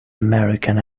american